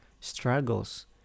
struggles